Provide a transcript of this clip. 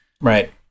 Right